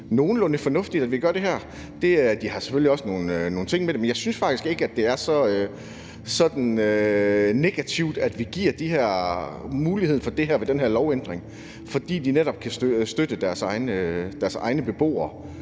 nogenlunde fornuftigt, at vi gør det her. Der har man selvfølgelig også nogle ting i forhold til det, men jeg synes faktisk ikke, det er så negativt, at vi giver dem muligheden for det her med den her lovændring, fordi de netop kan støtte deres egne beboere.